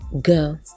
go